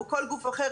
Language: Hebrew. או כל גוף אחר,